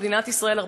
במדינת ישראל,